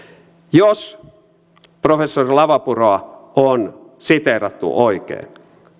jos professori lavapuroa on siteerattu oikein